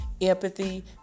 empathy